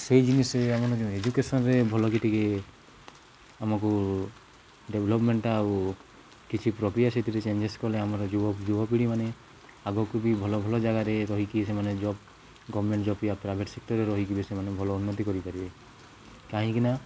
ସେଇ ଜିନିଷରେ ଆମର ଯଉ ଏଜୁକେସନ୍ରେ ଭଲକି ଟିକେ ଆମକୁ ଡେଭଲପମେଣ୍ଟ୍ଟା ଆଉ କିଛି ପ୍ରପିୟା ସେଥିରେ ଚେଞ୍ଜେସ୍ କଲେ ଆମର ଯୁବ ଯୁବପିଢ଼ି ମାନ ଆଗକୁ ବି ଭଲ ଭଲ ଜାଗାରେ ରହିକି ସେମାନେ ଜବ୍ ଗଭର୍ଣ୍ଣମେଣ୍ଟ ଜବ୍ ପ୍ରାଇଭେଟ୍ ସେକ୍ଟର୍ରେ ରହିକି ବି ସେମାନେ ଭଲ ଉନ୍ନତି କରିପାରିବେ କାହିଁକିନା